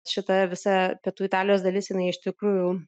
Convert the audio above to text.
šita visa pietų italijos dalis jinai iš tikrųjų